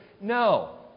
No